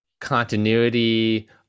continuity